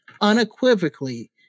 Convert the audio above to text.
unequivocally